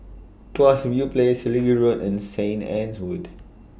Tuas View Place Selegie Road and Saint Anne's Wood